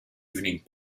evening